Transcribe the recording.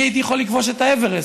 אני הייתי יכול לכבוש את האוורסט,